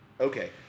Okay